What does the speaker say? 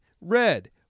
red